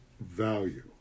value